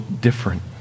different